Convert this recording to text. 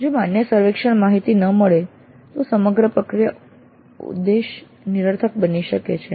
જો માન્ય સર્વેક્ષણ માહિતી ન મળે તો સમગ્ર પ્રક્રિયાઉદ્દેશ નિરર્થક બને છે